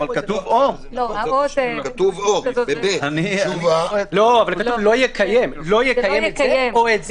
כתוב: לא יקיים את זה או את זה.